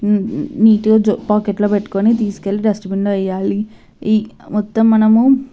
నీటుగా జొ పాకెట్లో పెట్టుకుని తీసుకెళ్ళి డస్ట్బిన్లో వెయ్యాలి ఈ మొత్తం మనము